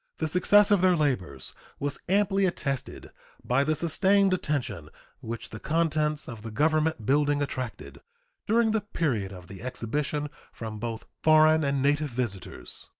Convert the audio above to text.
the success of their labors was amply attested by the sustained attention which the contents of the government building attracted during the period of the exhibition from both foreign and native visitors.